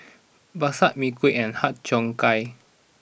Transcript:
Bakso Mee Kuah and Har Cheong Gai